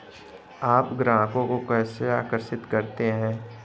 आप ग्राहकों को कैसे आकर्षित करते हैं?